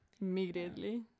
Immediately